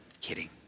kidding